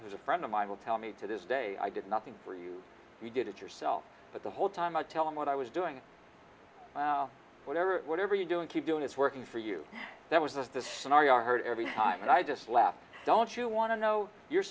who's a friend of mine will tell me to this day i did nothing for you we did it yourself but the whole time i tell him what i was doing now whatever whatever you're doing keep doing it's working for you that was the scenario i heard every time and i just left don't you want to know you're